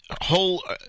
whole